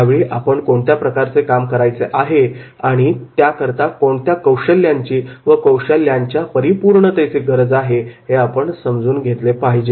ज्यावेळी आपण कोणत्या प्रकारचे काम करायचे आहे आणि त्याकरता कोणत्या कौशल्यांची व कौशल्यांचा परिपूर्णतेची गरज आहे हे आपण समजून घेतले पाहिजे